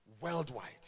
worldwide